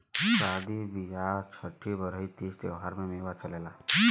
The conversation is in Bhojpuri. सादी बिआह छट्ठी बरही तीज त्योहारों में मेवा चलला